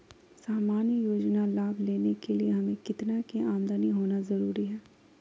सामान्य योजना लाभ लेने के लिए हमें कितना के आमदनी होना जरूरी है?